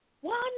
One